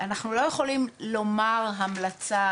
אנחנו לא יכולים לומר המלצה,